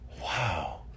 Wow